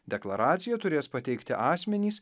deklaraciją turės pateikti asmenys